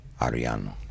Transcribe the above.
Ariano